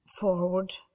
forward